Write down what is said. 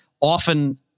often